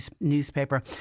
newspaper